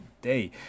day